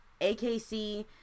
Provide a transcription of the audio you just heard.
AKC